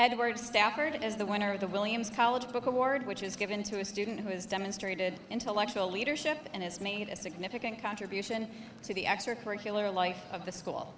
edward stafford is the winner of the williams college book award which is given to a student who has demonstrated intellectual leadership and has made a significant contribution to the extracurricular life of the school